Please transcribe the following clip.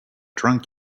drunk